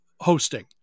hosting